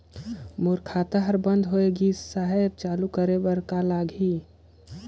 मोर खाता हर बंद होय गिस साहेब चालू करे बार कौन का लगही?